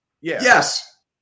Yes